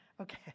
okay